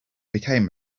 became